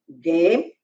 game